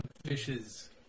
Fishes